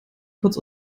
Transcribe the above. kurz